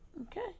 Okay